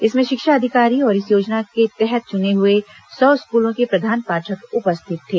इसमें शिक्षा अधिकारी और इस योजना के तहत चुने हुए सौ स्कूलों के प्रधान पाठक उपस्थित थे